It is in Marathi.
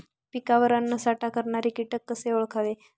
पिकावर अन्नसाठा करणारे किटक कसे ओळखावे?